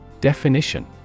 Definition